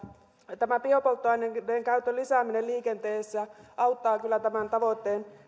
tämä biopolttoaineiden käytön lisääminen liikenteessä auttaa kyllä tämän tavoitteen